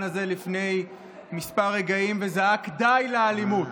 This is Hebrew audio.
הזה לפני כמה רגעים וזעק: די לאלימות.